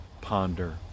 ponder